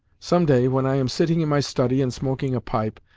some day, when i am sitting in my study and smoking a pipe,